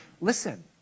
Listen